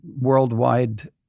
worldwide